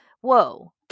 Whoa